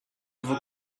other